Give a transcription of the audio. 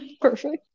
Perfect